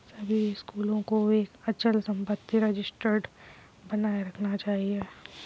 सभी स्कूलों को एक अचल संपत्ति रजिस्टर बनाए रखना चाहिए